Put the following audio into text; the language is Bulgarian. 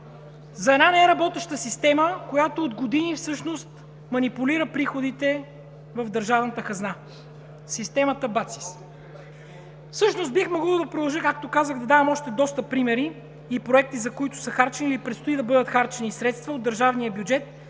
за една неработеща система, която всъщност от години манипулира приходите в държавната хазна – системата БАЦИС. Всъщност, бих могъл да продължа, както казах, да давам още доста примери и проекти, за които са харчени или предстои да бъдат харчени средства от държавния бюджет